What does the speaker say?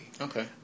Okay